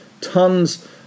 tons